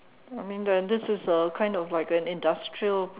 I mean the this is a kind of like an industrial